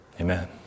Amen